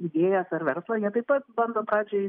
idėjas ar verslą jie taip pat bando pradžiai